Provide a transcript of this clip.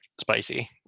spicy